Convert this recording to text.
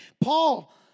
Paul